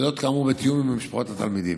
וזאת כאמור בתיאום עם משפחות התלמידים.